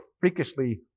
freakishly